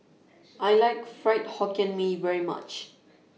I like Fried Hokkien Mee very much